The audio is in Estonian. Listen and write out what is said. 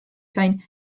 sain